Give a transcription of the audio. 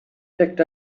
picked